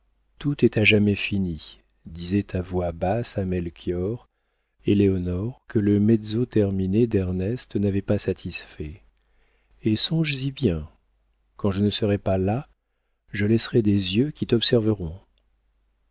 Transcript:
tout est à jamais fini disait à voix basse à melchior éléonore que le mezzo termine d'ernest n'avait pas satisfaite et songes-y bien quand je ne serai pas là je laisserai des yeux qui t'observeront